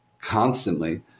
constantly